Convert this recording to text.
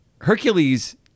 Hercules